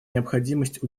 необходимость